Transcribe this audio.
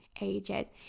ages